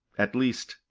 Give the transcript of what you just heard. at least,